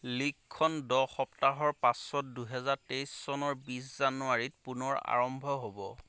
লীগখন দহ সপ্তাহৰ পাছত দুহেজাৰ তেইচ চনৰ বিছ জানুৱাৰীত পুনৰ আৰম্ভ হ'ব